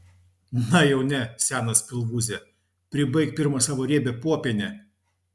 na jau ne senas pilvūze pribaik pirma savo riebią popienę